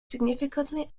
significantly